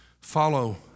Follow